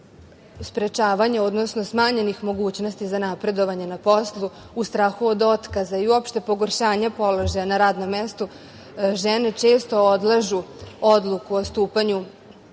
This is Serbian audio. sprečavanja, odnosno smanjenih mogućnosti za napredovanje na poslu, u strahu od otkaza i uopšte pogoršanja položaja na radnom mestu žene često odlažu odluku o stupanju